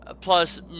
plus